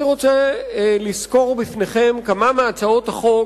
אני רוצה לסקור לפניכם כמה מהצעות החוק